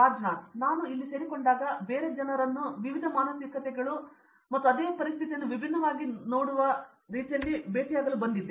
ರಾಜ್ನಾಥ್ ಹೌದು ನಾನು ಇಲ್ಲಿ ಸೇರಿಕೊಂಡಾಗ ನಾನು ಬೇರೆ ಬೇರೆ ಜನರನ್ನು ವಿವಿಧ ಮಾನಸಿಕತೆಗಳು ಮತ್ತು ಅದೇ ಪರಿಸ್ಥಿತಿಯನ್ನು ವಿಭಿನ್ನವಾಗಿ ನೋಡಿದ ರೀತಿಯಲ್ಲಿ ಭೇಟಿಯಾಗಲು ಬಂದಿದ್ದೇನೆ